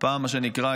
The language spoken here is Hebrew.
מה שנקרא,